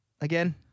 Again